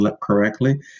correctly